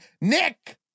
Nick